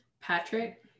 Patrick